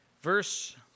Verse